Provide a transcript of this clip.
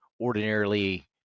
ordinarily